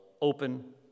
open